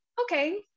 okay